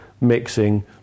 mixing